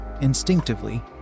Instinctively